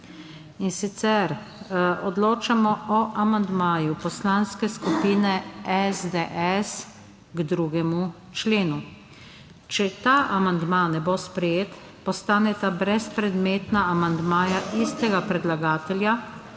in sicer, odločamo o amandmaju Poslanske skupine SDS k 2. členu. Če ta amandma ne bo sprejet. Postaneta brezpredmetna amandmaja istega predlagatelja